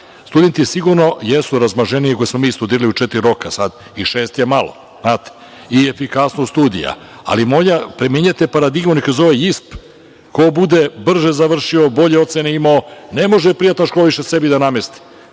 Studenti sigurno jesu razmaženiji, jer ako smo mi studirali u četiri roka, sada je i šest malo. I efikasnost studija. Ali, primenjujete paradigmu, neka zove JISP. Ko bude brže završio, bolje ocene imao, ne može privatna škola više sebi da namesti,